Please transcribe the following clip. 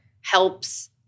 helps